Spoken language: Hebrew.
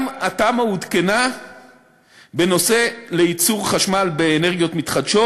התמ"א גם עודכנה בנושא ייצור חשמל באנרגיות מתחדשות